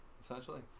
Essentially